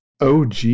OG